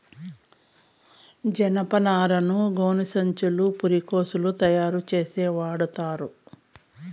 జనపనారను గోనిసంచులు, పురికొసలని తయారు చేసేకి వాడతారు